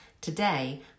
Today